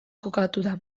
kokatuta